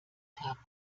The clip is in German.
tag